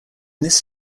this